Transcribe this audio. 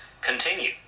continue